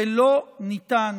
ולא ניתן